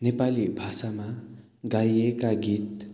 नेपाली भाषामा गाइएका गीत